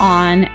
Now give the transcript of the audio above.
on